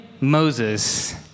Moses